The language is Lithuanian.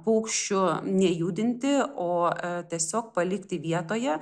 paukščių nejudinti o tiesiog palikti vietoje